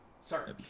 Sorry